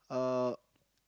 uh